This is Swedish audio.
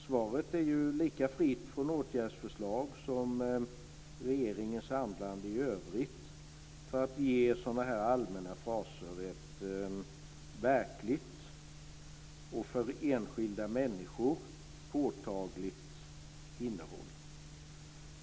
Svaret är ju lika fritt från åtgärdsförslag som regeringens handlande i övrigt när det gäller att ge sådana här allmänna fraser ett verkligt och för enskilda människor påtagligt innehåll.